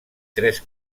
tres